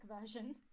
version